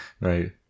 Right